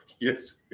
yes